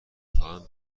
خواهم